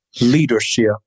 leadership